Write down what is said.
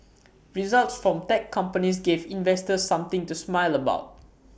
results from tech companies gave investors something to smile about